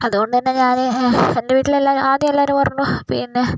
അതുകൊണ്ട് തന്നെ ഞാൻ എൻ്റെ വീട്ടിൽ ആദ്യം എല്ലാവരും പറഞ്ഞു പിന്നെ